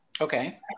Okay